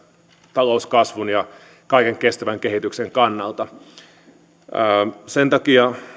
talouskasvun ja kaiken kestävän kehityksen kannalta niin sen takia